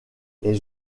les